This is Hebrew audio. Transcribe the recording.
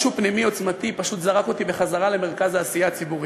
משהו פנימי עוצמתי פשוט זרק אותי בחזרה למרכז העשייה הציבורית.